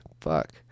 fuck